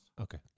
Okay